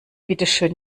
bitteschön